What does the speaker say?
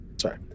sorry